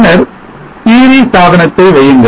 பின்னர் series சாதனத்தை வையுங்கள்